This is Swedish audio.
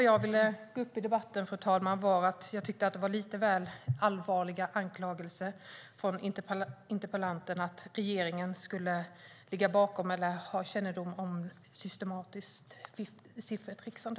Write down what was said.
Jag ville gå upp i debatten, fru talman, för att jag tyckte att det var lite väl allvarliga anklagelser från interpellanten att regeringen skulle ligga bakom eller ha kännedom om systematiskt siffertricksande.